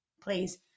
please